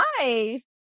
nice